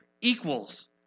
equals